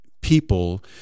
people